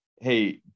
hey